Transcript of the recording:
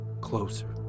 Closer